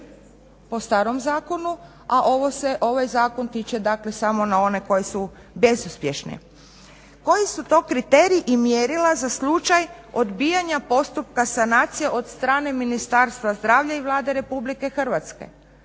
po starom zakonu a ovaj se zakon tiče samo na one koje su bezuspješne. Koji su to kriterij i mjerila za slučaj odbijanja postupka sanacije od strane Ministarstva zdravlja i Vlade RH? dakle